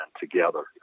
together